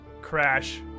crash